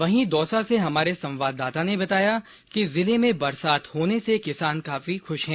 वहीं दौसा से हमारे संवाददाता ने बताया कि जिले में बरसात होने से किसान काफी खुश हैं